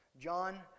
John